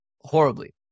horribly